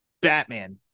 Batman